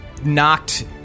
Knocked